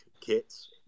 kits